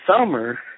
summer